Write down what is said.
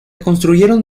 construyeron